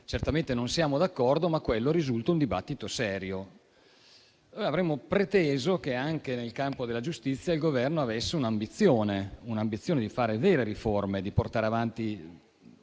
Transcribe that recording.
Certamente non siamo d'accordo, ma quello risulta un dibattito serio. Noi avremmo preteso che anche nel campo della giustizia il Governo avesse un'ambizione: quella di fare vere riforme e di portare avanti